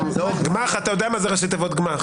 אתה יודע מה ראשי תיבות שלל גמ"ח?